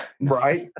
Right